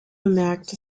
bemerkt